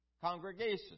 congregation